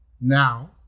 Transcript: Now